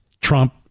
Trump